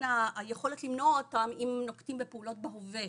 היכולת למנוע אותן אם נוקטים בפעולות בהווה,